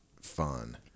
fun